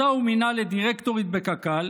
שאותה הוא מינה לדירקטורית בקק"ל,